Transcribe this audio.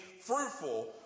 fruitful